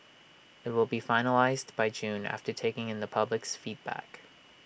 IT will be finalised by June after taking in the public's feedback